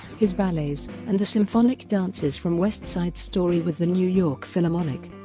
his ballets, and the symphonic dances from west side story with the new york philharmonic.